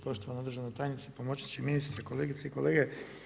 Poštovana državna tajnice, pomoćniče, ministre, kolegice i kolege.